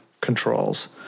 controls